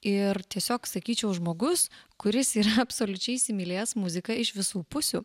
ir tiesiog sakyčiau žmogus kuris yra absoliučiai įsimylėjęs muziką iš visų pusių